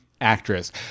actress